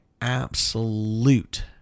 absolute